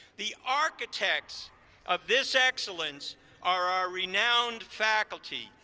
the architects of this excellence are our renowned faculty.